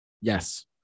Yes